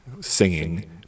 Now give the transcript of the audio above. singing